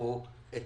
אכזבו את